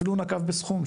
הוא אפילו נקב בסכום,